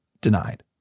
denied